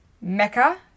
Mecca